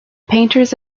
painters